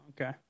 okay